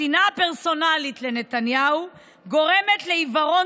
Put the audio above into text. השנאה הפרסונלית לנתניהו גורמת לעיוורון